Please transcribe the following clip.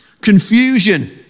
confusion